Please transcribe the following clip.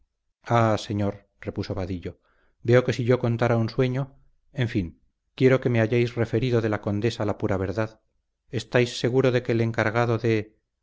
ah señor repuso vadillo veo que si yo contara un sueño en fin quiero que me hayáis referido de la condesa la pura verdad estáis seguro de que el encargado de